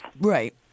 Right